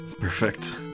Perfect